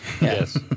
yes